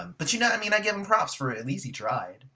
um but you know i mean i give him props for at least he tried.